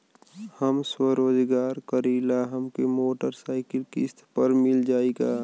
हम स्वरोजगार करीला हमके मोटर साईकिल किस्त पर मिल जाई का?